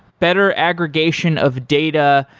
better aggregation of data,